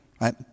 right